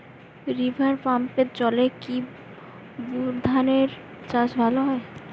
River পাম্পের জলে কি বোর ধানের চাষ ভালো হয়?